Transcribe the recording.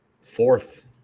fourth